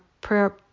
prayer